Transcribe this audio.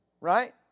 Right